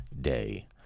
Day